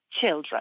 children